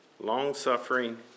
long-suffering